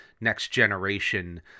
next-generation